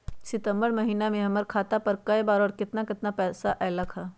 सितम्बर महीना में हमर खाता पर कय बार बार और केतना केतना पैसा अयलक ह?